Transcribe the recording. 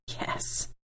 Yes